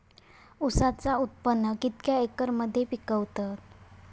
ऊसाचा उत्पादन कितक्या एकर मध्ये पिकवतत?